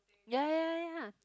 ya ya ya